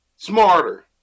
Smarter